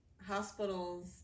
hospitals